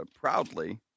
proudly